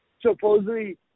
supposedly